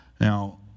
Now